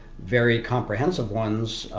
very comprehensive ones,